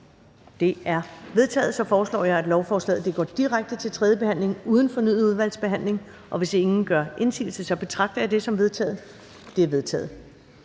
Det er vedtaget. Jeg foreslår, at lovforslagene går direkte til tredje behandling uden fornyet udvalgsbehandling. Hvis ingen gør indsigelse, betragter jeg dette som vedtaget. Det er vedtaget.